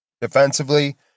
Defensively